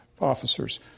officers